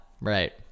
Right